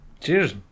Cheers